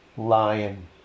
lion